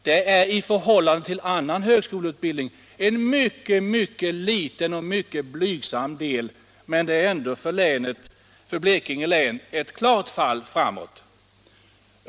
Den är i förhållande till annan högskoleutbildning en ytterst blygsam del, men den innebär ändå för Blekinge län ett klart fall framåt.